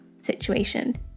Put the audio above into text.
situation